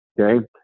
Okay